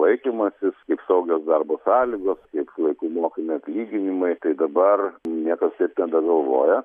laikymasis kaip saugios darbo sąlygos kaip laiku mokami atlyginimai tai dabar niekas taip nebegalvoja